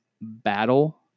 battle